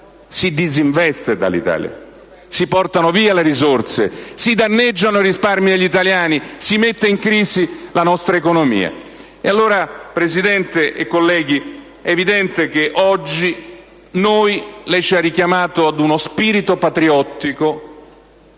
si disinveste dall'Italia? Si portano via le risorse, si danneggiano i risparmi degli italiani, si mette in crisi la nostra economia. Ed allora, Presidente e colleghi, è evidente che oggi lei ci ha richiamato ad uno spirito patriottico